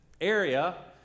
area